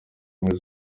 ubumwe